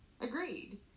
Agreed